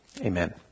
amen